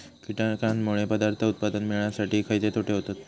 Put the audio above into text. कीटकांनमुळे पदार्थ उत्पादन मिळासाठी खयचे तोटे होतत?